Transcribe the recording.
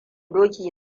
doki